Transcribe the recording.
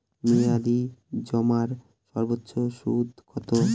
মেয়াদি জমার সর্বোচ্চ সুদ কতো?